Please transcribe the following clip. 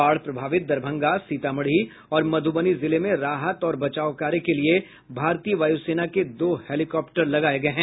बाढ़ प्रभावित दरभंगा सीतामढ़ी और मधुबनी जिले में राहत और बचाव कार्य के लिए भारतीय वायुसेना के दो हेलीकॉप्टर लगाए गए हैं